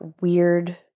weird